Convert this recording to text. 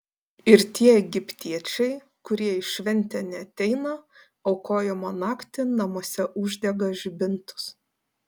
ir tie egiptiečiai kurie į šventę neateina aukojimo naktį namuose uždega žibintus